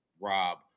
Rob